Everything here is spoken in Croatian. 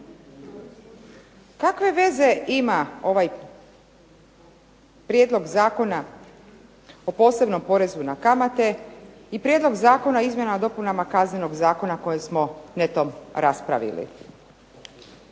Kakve veze ima ovaj prijedlog Zakona o posebnom porezu na kamate i prijedlog Zakona o izmjenama i dopunama Kaznenog zakona koji smo netom raspravili?